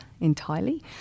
entirely